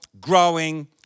growing